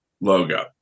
logo